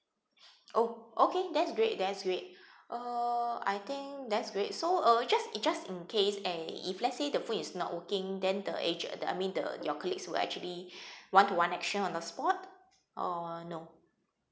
oh okay that's great that's great uh I think that's great so uh just just in case eh if let's say the phone is not working then the age~ the I mean the your colleagues will actually one to one action on the spot or no